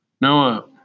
Noah